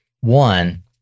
One